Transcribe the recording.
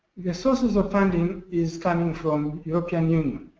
the sources of funding is coming from european union.